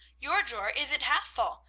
your drawer isn't half full.